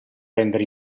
rendere